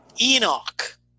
Enoch